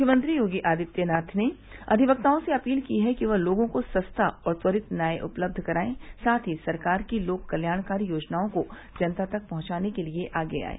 मुख्यमंत्री योगी आदित्यनाथ ने अविवक्ताओं से अपील की है कि वह लोगों को सस्ता और त्वरित न्याय उपलब्ध करायें साथ ही सरकार की लोक कत्याणकारी योजनाओं को जनता तक पहुंचने के लिये आगे आयें